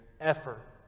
effort